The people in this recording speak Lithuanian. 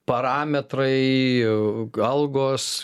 parametrai algos